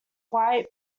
white